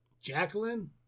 Jacqueline